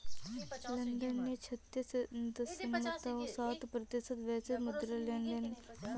London ने छत्तीस दश्मलव सात प्रतिशत वैश्विक मुद्रा लेनदेन संभाला